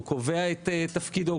הוא קובע את תפקידו,